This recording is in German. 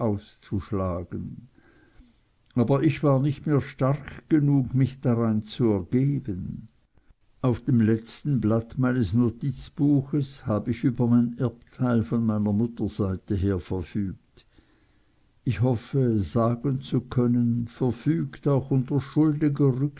auszuschlagen aber ich war nicht mehr stark genug mich drein zu ergeben auf dem letzten blatt meines notizbuches hab ich über mein erbteil von meiner mutter seite her verfügt ich hoffe sagen zu können verfügt auch unter schuldiger